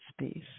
space